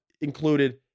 included